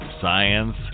science